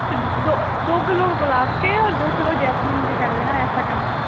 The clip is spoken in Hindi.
दो दो किलो गुलाब के और दो किलो जेसमीन के कर देना ऐसा करना